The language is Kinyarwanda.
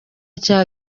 cya